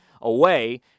away